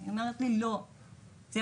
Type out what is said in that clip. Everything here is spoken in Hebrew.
אבל היא לא רוצה,